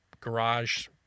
Garage